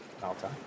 Malta